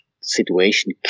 situation